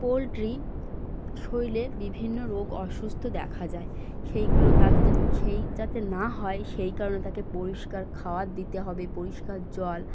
poultry শরীরে বিভিন্ন রোগ অসুস্থ দেখা যায় সেইগুলো তাকে যাতে সেই যাতে না হয় সেই কারণে তাকে পরিষ্কার খাবার দিতে হবে পরিষ্কার জল